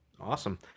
Awesome